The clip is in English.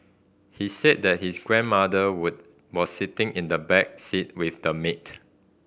he said that his grandmother was was sitting in the back seat with the maid